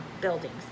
buildings